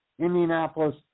Indianapolis